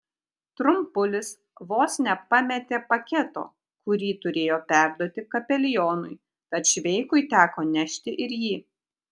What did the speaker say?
trumpulis vos nepametė paketo kurį turėjo perduoti kapelionui tad šveikui teko nešti ir jį